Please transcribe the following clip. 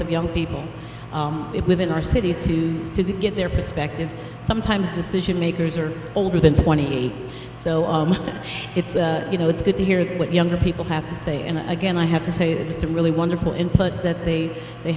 of young people it within our city too to get their perspective sometimes decision makers are older than twenty eight so almost it's you know it's good to hear what younger people have to say and again i have to say it was a really wonderful input that they they